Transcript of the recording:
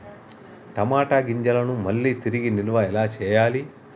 టమాట గింజలను మళ్ళీ తిరిగి నిల్వ ఎలా చేయాలి?